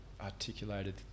articulated